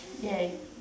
ya